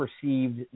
perceived